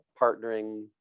partnering